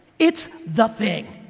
it's the thing.